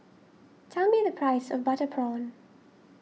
tell me the price of Butter Prawn